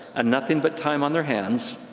and nothing but time on their hands,